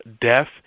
death